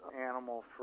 animal